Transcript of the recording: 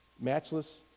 matchless